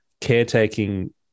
caretaking